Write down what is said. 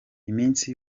iminsi